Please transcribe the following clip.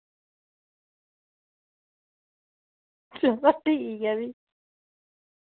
चलो ठीक ऐ फ्ही